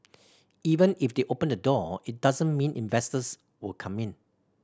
even if they open the door it doesn't mean investors will come in